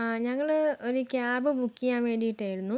ആ ഞങ്ങൾ ഒരു ക്യാമ്പ് ബുക്ക് ചെയ്യാൻ വേണ്ടിയിട്ടായിരുന്നു